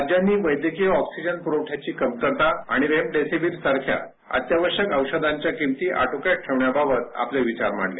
राज्यांनी वैद्यकीय ऑक्सीजन पुरवठ्याची कमतरता आणि रेमडेसेवीरसारख्या अत्यावश्यक औषधांच्या किमती आटोक्यात ठेवण्याबाबत आपले विचार मांडले